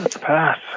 Pass